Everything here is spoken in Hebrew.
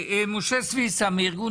משה סויסה מארגון